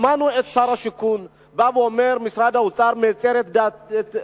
שמענו את שר השיכון בא ואומר: משרד האוצר מצר את תוכניותי,